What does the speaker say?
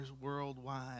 worldwide